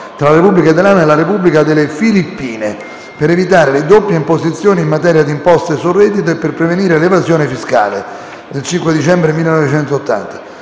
tra la Repubblica italiana e la Repubblica delle Filippine per evitare le doppie imposizioni in materia di imposte sul reddito e per prevenire l'evasione fiscale, del 5 dicembre 1980,